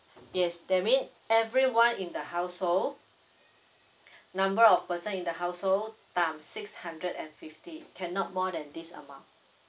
yes that mean everyone in the household number of person in the household times six hundred and fifty can not more than this amount